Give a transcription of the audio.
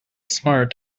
smart